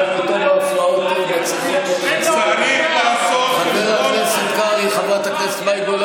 אני חייב עוד חצי דקה.